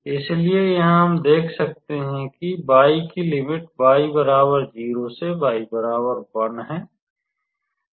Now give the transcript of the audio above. इसलिए यहां हम देख सकते हैं कि y की लिमिट y 0 से y 1 है